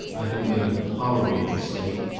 i have made a horrible mistake,